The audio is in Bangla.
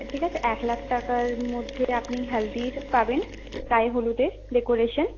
ঠিক আছে এক লাখ টাকার মধ্যে আপনি হলদির পাবেন গায়ে হলুদে ডেকোরেশন